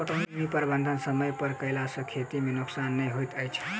पटौनीक प्रबंध समय पर कयला सॅ खेती मे नोकसान नै होइत अछि